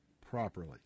properly